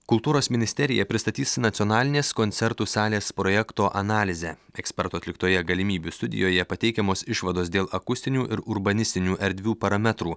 kultūros ministerija pristatys nacionalinės koncertų salės projekto analizę ekspertų atliktoje galimybių studijoje pateikiamos išvados dėl akustinių ir urbanistinių erdvių parametrų